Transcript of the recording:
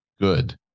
good